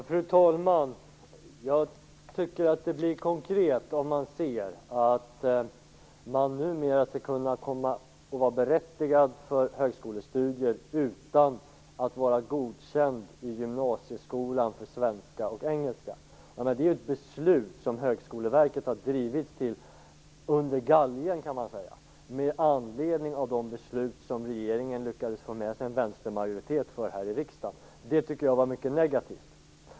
Fru talman! Jag tycker att det blir konkret när man ser att man numera skall vara berättigad till högskolestudier utan att vara godkänd i ämnena svenska och engelska i gymnasieskolan. Detta är ju ett beslut som Högskoleverket har drivits till under galgen med anledning av de beslut för vilka regeringen lyckades få med sig en vänstermajoritet här i riksdagen, vilket jag tycker är mycket negativt.